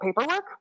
paperwork